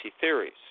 theories